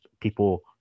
people